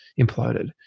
imploded